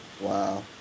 Wow